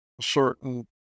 certain